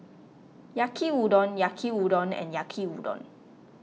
Yaki Udon Yaki Udon and Yaki Udon